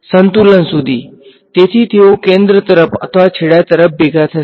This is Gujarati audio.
સંતુલન સુધી તેથી તેઓ કેન્દ્ર તરફ અથવા છેડા તરફ ભેગા જશે